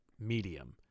medium